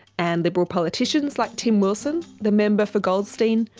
and liberal politicians like tim wilson, the member for goldstein,